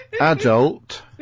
adult